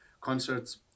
concerts